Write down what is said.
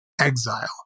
exile